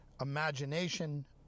imagination